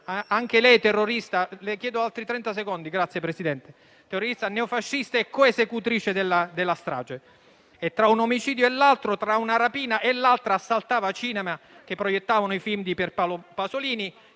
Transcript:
anche lei terrorista, neofascista e coesecutrice della strage. Tra un omicidio e l'altro, tra una rapina e l'altra, assaltava cinema che proiettano i film di Pier Paolo Pasolini